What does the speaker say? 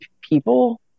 people